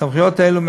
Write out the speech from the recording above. סמכויות אלו,